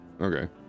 Okay